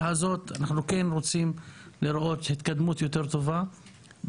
כמובן שכולם נחשפו לתכנית בתקופה האחרונה,